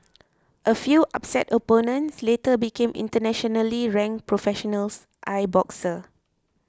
a few upset opponents later became internationally ranked professional l boxers